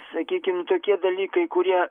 sakykim tokie dalykai kurie